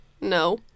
no